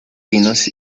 pinos